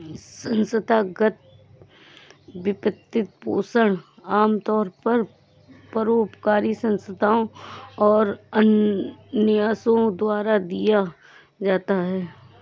संस्थागत वित्तपोषण आमतौर पर परोपकारी संस्थाओ और न्यासों द्वारा दिया जाता है